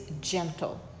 gentle